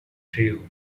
trio